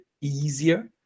easier